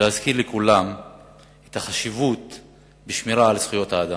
ולהזכיר לכולם את החשיבות של שמירה על זכויות האדם.